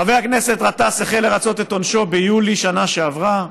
חבר הכנסת גטאס החל לרצות את עונשו ביולי שנה שעברה,